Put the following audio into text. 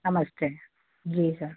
नमस्ते जी सर